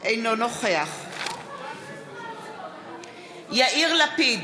אינו נוכח יאיר לפיד,